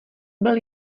byl